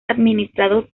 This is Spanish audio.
administrados